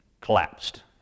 collapsed